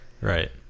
Right